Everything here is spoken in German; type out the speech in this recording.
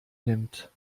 nimmt